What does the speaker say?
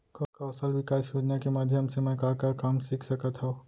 कौशल विकास योजना के माधयम से मैं का का काम सीख सकत हव?